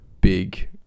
big